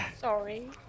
Sorry